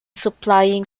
supplying